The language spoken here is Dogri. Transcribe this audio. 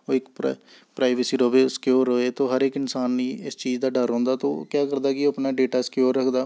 ओह् इक प्राई प्राइवेसी र'वै सक्योर र'वै ते ओह् हर इक इंसान गी इस चीज दा डर रौंह्दा ते ओह् क्या करदा कि ओह् अपना डेटा सक्योर रखदा